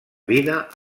vida